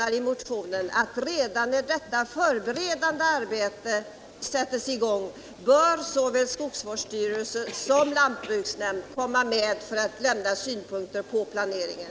Vi motionärer anser att skogsvårdsstyrelsen och lantbruksnämnderna redan när detta förberedande arbete sätts i gång bör få lämna synpunkter på planeringen.